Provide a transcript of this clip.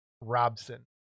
Robson